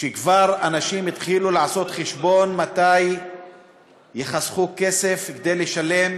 ואנשים כבר התחילו לעשות חשבון מתי יחסכו כסף כדי לשלם